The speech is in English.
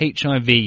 HIV